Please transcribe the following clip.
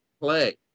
play